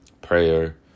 prayer